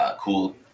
cool